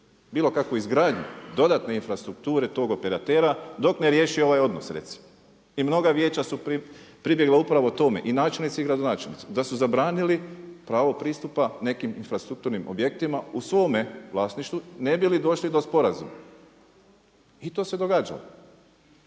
bilo kakvoj izgradnji dodatne infrastrukture tog operatera dok ne riješi ovaj odnos recimo. I mnoga vijeća su pribjegla upravo tome i načelnici i gradonačelnici, da su zabranili pravo pristupa nekim infrastrukturnim objektima u svome vlasništvu ne bi li došli do sporazuma. I to se događalo.